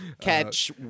Catch